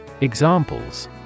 Examples